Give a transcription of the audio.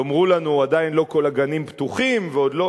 יאמרו לנו: עדיין לא כל הגנים פתוחים ועוד לא,